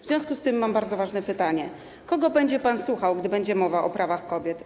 W związku z tym mam bardzo ważne pytanie: Kogo będzie pan słuchał, gdy będzie mowa o prawach kobiet?